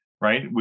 right